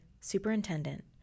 superintendent